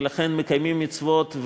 ולכן מקיימים מצוות,